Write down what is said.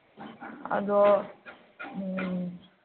ꯑꯗꯣ ꯎꯝ